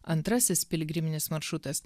antrasis piligriminis maršrutas